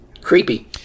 Creepy